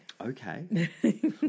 Okay